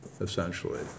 essentially